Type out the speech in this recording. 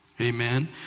amen